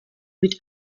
mit